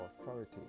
authority